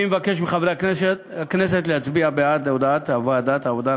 אני מבקש מחברי הכנסת להצביע בעד הודעת ועדת העבודה,